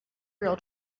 real